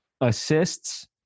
assists